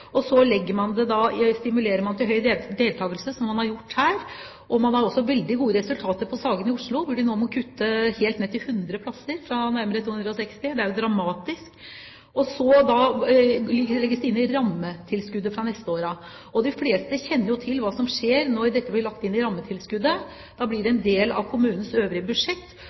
og så stimulerer man til høy deltakelse, som man har gjort her. Man har også veldig gode resultater fra Sagene i Oslo, men de må nå kutte helt ned til 100 plasser, fra nærmere 260. Det er dramatisk! Og så legges det inn i rammetilskuddet fra neste år av. De fleste kjenner jo til hva som skjer når dette blir lagt inn i rammetilskuddet. Da blir det en del av kommunens øvrige budsjett.